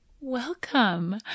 Welcome